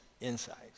insights